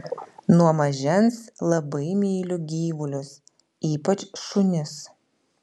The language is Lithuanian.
nuo mažens labai myliu gyvulius ypač šunis